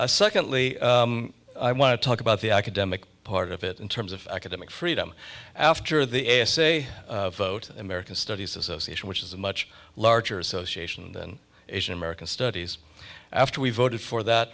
you secondly i want to talk about the academic part of it in terms of academic freedom after the essay vote american studies association which is a much larger association than asian american studies after we voted for that